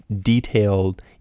detailed